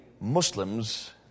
Muslims